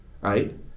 right